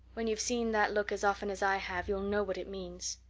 when you've seen that look as often as i have you'll know what it means.